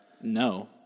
No